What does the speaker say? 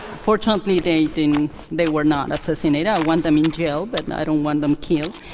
fortunately they didn't. they were not assassinated. i want them in jail but and i don't want them killed.